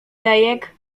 lejek